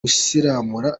gusiramura